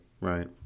right